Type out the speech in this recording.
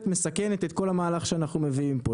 מסכנת את כל המהלך שאנחנו מביאים פה.